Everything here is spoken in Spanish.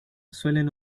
suelen